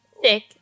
thick